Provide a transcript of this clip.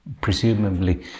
presumably